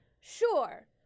Sure